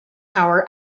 our